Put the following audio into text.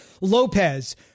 Lopez